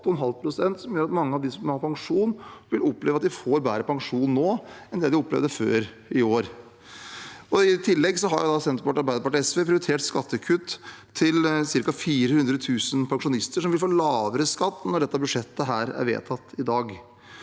som gjør at mange av dem som har pensjon, vil oppleve at de får bedre pensjon nå enn det de opplevde inntil i år. I tillegg har Senterpartiet, Arbeiderpartiet og SV prioritert skattekutt til ca. 400 000 pensjonister, som vil få lavere skatt når dette budsjettet er vedtatt i dag.